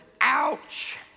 ouch